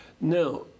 Now